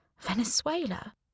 Venezuela